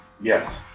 Yes